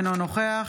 אינו נוכח